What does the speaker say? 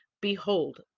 Behold